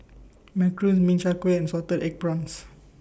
Macarons Min Chiang Kueh and Salted Egg Prawns